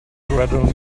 gradual